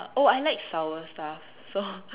oh I like sour stuff so